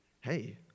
hey